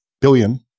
billion